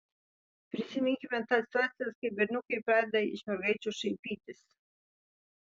prisiminkime tas situacijas kai berniukai pradeda iš mergaičių šaipytis